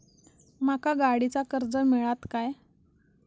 माका गाडीचा कर्ज मिळात काय?